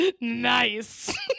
Nice